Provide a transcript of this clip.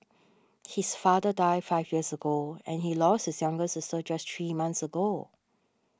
his father died five years ago and he lost his younger sister just three months ago